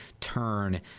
turn